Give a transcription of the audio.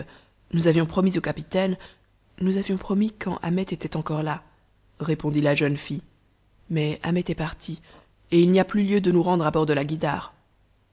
nous avions promis au capitaine nous avions promis quand ahmet était encore là répondit la jeune fille mais ahmet est parti et il n'y a plus lieu de nous rendre à bord de la guïdare